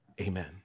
Amen